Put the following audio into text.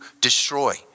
destroy